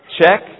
Check